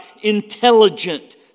intelligent